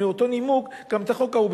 באותו נימוק גם את החוק ההוא,